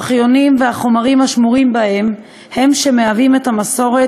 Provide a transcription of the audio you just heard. הארכיונים והחומרים השמורים בהם הם המסורת